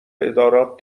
ادارات